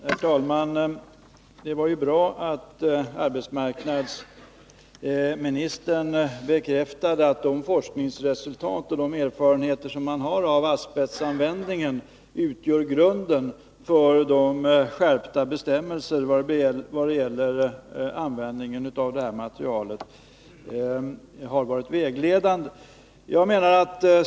Herr talman! Det var bra att arbetsmarknadsministern bekräftade att de forskningsresultat och de erfarenheter man har av asbestanvändning har varit vägledande och utgör grund för de skärpta bestämmelserna när det gäller användningen av detta material.